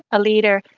a leader,